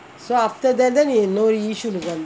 so after that then you know yishun கு வந்த:ku vantha